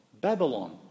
Babylon